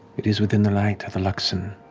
it is within the light of the luxon